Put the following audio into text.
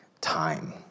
time